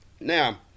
Now